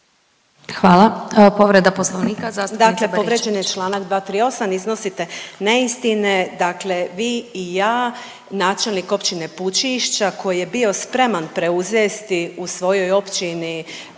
opomenu. Povreda Poslovnika zastupnica Marković.